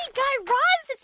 and guy raz.